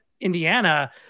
Indiana